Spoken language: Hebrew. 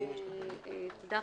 תודה,